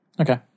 Okay